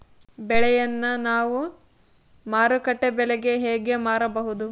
ಬೆಳೆಯನ್ನ ನಾವು ಮಾರುಕಟ್ಟೆ ಬೆಲೆಗೆ ಹೆಂಗೆ ಮಾರಬಹುದು?